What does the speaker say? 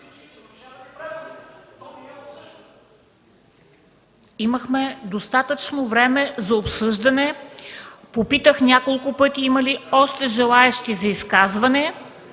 имахме достатъчно време за обсъждане. Попитах няколко пъти има ли още желаещи за изказване.